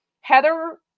heather